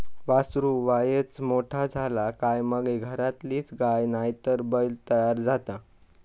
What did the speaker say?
वासरू वायच मोठा झाला काय मगे घरातलीच गाय नायतर बैल तयार जाता